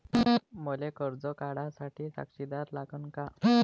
मले कर्ज काढा साठी साक्षीदार लागन का?